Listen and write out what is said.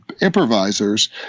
improvisers